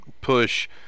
push